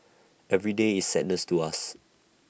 every day is sadness to us